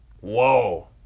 Whoa